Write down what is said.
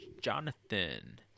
Jonathan